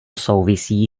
souvisí